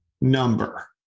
number